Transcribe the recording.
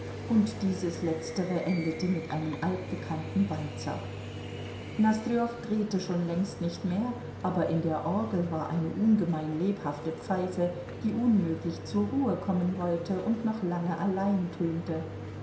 und dieses letztere endete mit einem altbekannten walzer nosdrjow drehte schon längst nicht mehr aber in der orgel war eine ungemein lebhafte pfeife die unmöglich zur ruhe kommen wollte und noch lange allein tönte